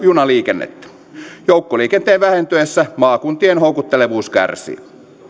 junaliikennettä joukkoliikenteen vähentyessä maakuntien houkuttelevuus kärsii